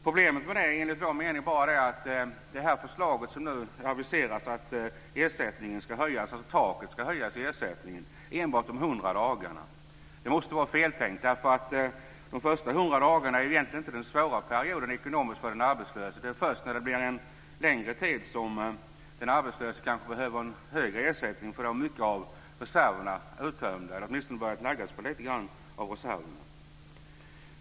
Problemet med det är, enligt vår mening, att det förslag som nu aviseras om att taket i ersättningen ska höjas enbart gäller de hundra dagarna. Det måste vara feltänkt. De första hundra dagarna är egentligen inte den svåra perioden ekonomiskt för den arbetslöse, utan det är först när det blir en längre tid som den arbetslöse kan behöva en högre ersättning, då reserverna börjar naggas i kanten.